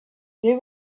they